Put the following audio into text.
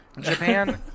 Japan